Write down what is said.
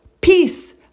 Peace